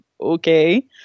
okay